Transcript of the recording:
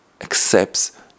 accepts